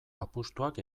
apustuak